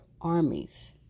armies